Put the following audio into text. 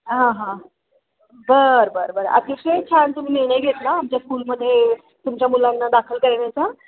हां हां बरं बरं बरं अतिशय छान तुम्ही निर्णय घेतला आमच्या स्कूलमध्ये तुमच्या मुलांना दाखल करण्याचा